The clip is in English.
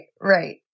right